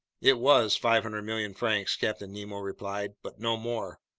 it was five hundred million francs, captain nemo replied, but no more!